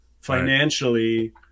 financially